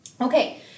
Okay